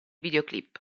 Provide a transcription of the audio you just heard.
videoclip